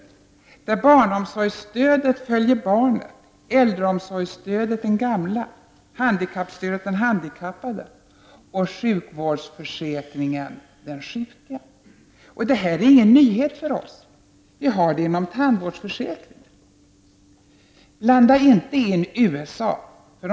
Vi vill ha ett system där barnomsorgsstödet följer barnet, äldreomsorgsstödet den gamle, handikappstödet den handikappade och sjukvårdsförsäkringen den sjuke. Detta är ingen nyhet för oss. Vi har redan detta system inom tandvårdsförsäkringen. Blanda inte in USA i detta!